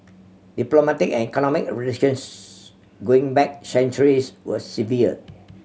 diplomatic and economic relations going back centuries were severed